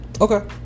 Okay